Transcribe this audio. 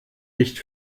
nicht